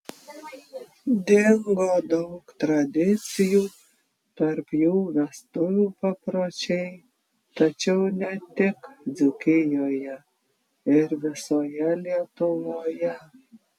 dingo daug tradicijų tarp jų vestuvių papročiai tačiau ne tik dzūkijoje ir visoje lietuvoje